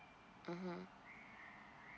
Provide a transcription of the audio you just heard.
mmhmm